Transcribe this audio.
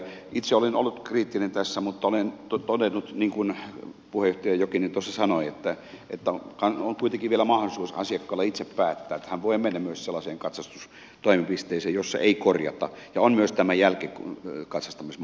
itse olen ollut kriittinen tässä mutta olen todennut niin kuin puheenjohtaja jokinen tuossa sanoi että on kuitenkin vielä mahdollisuus asiakkaalla itse päättää että hän voi mennä myös sellaiseen katsastustoimipisteeseen jossa ei korjata ja on myös tämä jälkikatsastamismahdollisuus